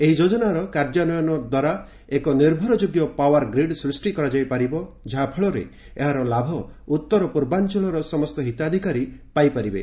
ଏହି ଯୋଜନାର କାର୍ଯ୍ୟାନ୍ୱୟନ ଦ୍ୱାରା ଏକ ନିର୍ଭରଯୋଗ୍ୟ ପାୱାର୍ ଗ୍ରୀଡ୍ ସୃଷ୍ଟି କରାଯାଇପାରିବ ଯାହା ଫଳରେ ଏହାର ଲାଭ ଉତ୍ତର ପୂର୍ବାଞ୍ଚଳର ସମସ୍ତ ହିତାଧିକାରୀ ପାଇ ପାରିବେ